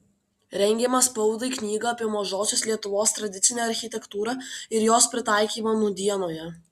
rengiama spaudai knyga apie mažosios lietuvos tradicinę architektūrą ir jos pritaikymą nūdienoje